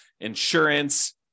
insurance